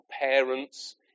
parents